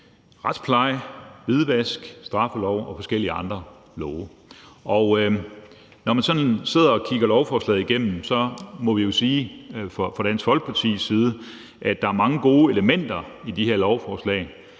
retspleje, hvidvask, straffelov og forskellige andre love. Når man sådan sidder og kigger lovforslaget igennem, må vi sige fra Dansk Folkepartis side, at der er mange gode elementer i det her lovforslag,